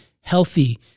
healthy